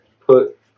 put